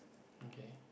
okay